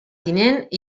tinent